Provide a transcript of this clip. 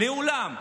מעולם,